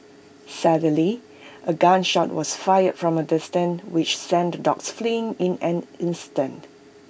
suddenly A gun shot was fired from A distance which sent the dogs fleeing in an instant